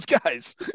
guys